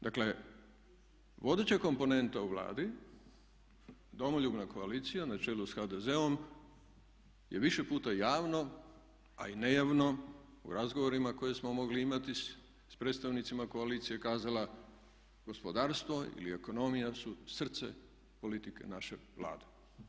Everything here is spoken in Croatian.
Dakle, vodeća komponenta u Vladi Domoljubna koalicija na čelu s HDZ-om je više puta javno a i nejavno u razgovorima koje smo mogli imati s predstavnicima koalicije kazala gospodarstvo ili ekonomija su srce politike naše Vlade.